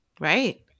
Right